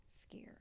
scared